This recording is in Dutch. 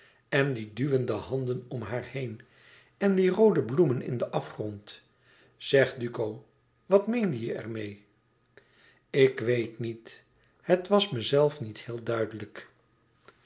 en die duwende handen om haar heen en die roode bloemen in den afgrond zeg duco wat meende je er meê ik weet niet het was mezelf niet heel duidelijk